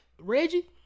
Reggie